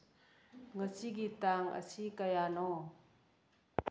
ꯉꯁꯤꯒꯤ ꯇꯥꯡ ꯑꯁꯤ ꯀꯌꯥꯅꯣ